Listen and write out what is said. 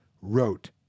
wrote